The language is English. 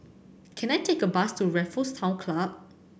can I take a bus to Raffles Town Club